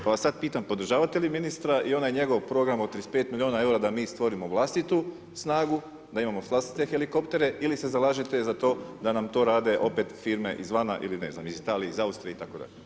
Pa Vas sad pitam podržavate li ministra i onaj njegov program od 35 miliona eura da mi stvorimo vlastitu snagu, da imamo vlastite helikoptere ili se zalažete za to da nam to rade opet firme izvana ili ne znam iz Italije, Austrije i tako dalje.